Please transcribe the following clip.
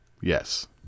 Yes